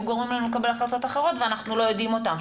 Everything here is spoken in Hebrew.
גורמים לנו לקבל החלטות אחרות ואנחנו לא יודעים אותם.